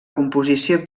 composició